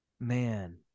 Man